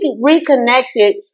reconnected